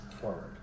forward